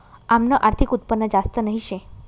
आमनं आर्थिक उत्पन्न जास्त नही शे